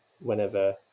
whenever